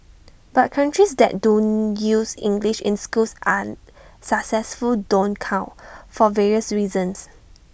but countries that do use English in schools are successful don't count for various reasons